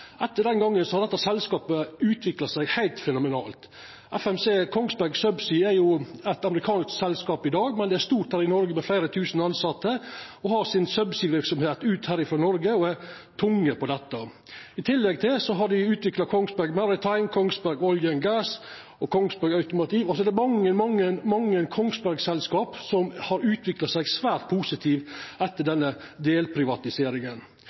Etter den gongen har dette selskapet utvikla seg heilt fenomenalt. FMC Kongsberg Subsea er eit amerikansk selskap i dag, men det er stort her i Noreg, med fleire tusen tilsette, og har subsea-verksemda si ut her frå Noreg og er tunge på dette. I tillegg til det har dei utvikla Kongsberg Maritime, Kongsberg Oil & Gas og Kongsberg Automotive – det er mange Kongsberg-selskap som har utvikla seg svært positivt etter denne delprivatiseringa.